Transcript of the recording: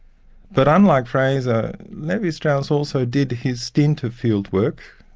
but unlike frazer, levi-strauss also did his stint of field work.